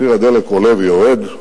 מחיר הדלק עולה ויורד,